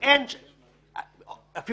שאלה משפטית גרידא: האם לפי שיטת המשפט הישראלי